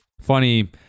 funny